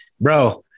bro